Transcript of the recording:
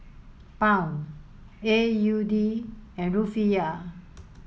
Pound A U D and Rufiyaa